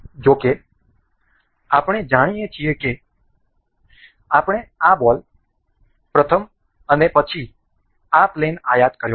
જો કે આપણે જાણીએ છીએ કે આપણે આ બોલ પ્રથમ અને પછી આ પ્લેન આયાત કર્યો છે